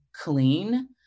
clean